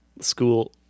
school